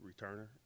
returner